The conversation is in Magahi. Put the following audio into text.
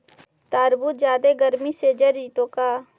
तारबुज जादे गर्मी से जर जितै का?